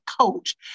coach